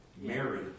Mary